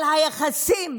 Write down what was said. על היחסים